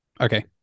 Okay